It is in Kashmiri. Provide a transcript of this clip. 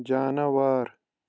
جاناوار